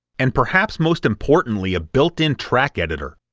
and perhaps most importantly, a built-in track editor,